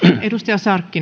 arvoisa